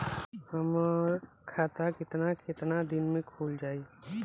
हमर खाता कितना केतना दिन में खुल जाई?